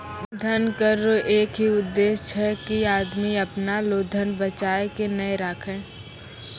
धन कर रो एक ही उद्देस छै की आदमी अपना लो धन बचाय के नै राखै